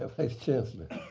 ah vice chancellor.